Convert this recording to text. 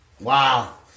wow